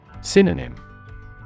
Synonym